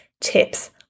tips